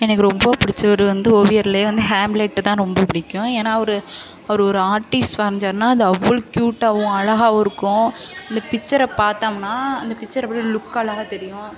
எனக்கு ரொம்ப பிடிச்சவரு வந்து ஓவியரில் வந்து ஹேம்லெட்டு தான் ரொம்ப பிடிக்கும் ஏனால் அவர் அவர் ஒரு ஆர்ட்டிஸ்ட் வரைஞ்சாருனா அது அவ்வளோ க்யூட்டாகவும் அழகாகவும் இருக்கும் அந்த பிச்சரை பார்த்தோம்னா அந்த பிச்சர் அப்டி லுக்காக அழகாக தெரியும்